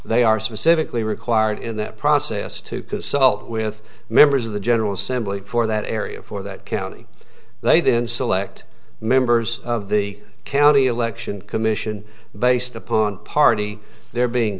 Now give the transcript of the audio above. they are specifically required in that process to consult with members of the general assembly for that area for that county they then select members of the county election commission based upon party there being